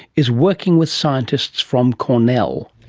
is working with scientists from cornell.